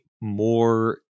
more